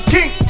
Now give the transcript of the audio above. King